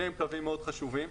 שניהם קווים מאוד חשובים.